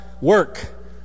work